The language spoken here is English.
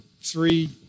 Three